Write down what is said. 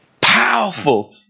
Powerful